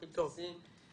הכי בסיסיים,